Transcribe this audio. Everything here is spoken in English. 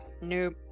nope